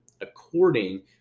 according